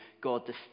God